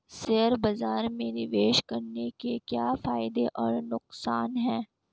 Share बाज़ार में निवेश करने के क्या फायदे और नुकसान हैं?